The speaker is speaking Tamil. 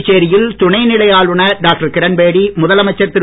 புதுச்சேரியில் துணை நிலை ஆளுநனர் டாக்டர் கிரண்பேடி முதலமைச்சர் திரு